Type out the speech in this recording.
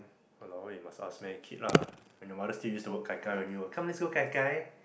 !walao! eh must ask meh kid lah when your mother still use the word kai kai when you were come let's go kai kai